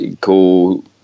cool